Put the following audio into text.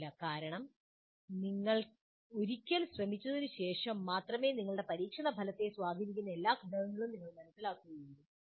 കാരണം നിങ്ങൾ ഒരിക്കൽ ശ്രമിച്ചതിനുശേഷം മാത്രമേ നിങ്ങളുടെ പരീക്ഷണ ഫലത്തെ സ്വാധീനിക്കുന്ന എല്ലാ ഘടകങ്ങളും ഞങ്ങൾ മനസ്സിലാക്കുകയുള്ളൂ